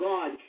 God